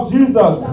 Jesus